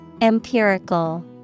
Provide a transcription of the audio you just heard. Empirical